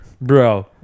Bro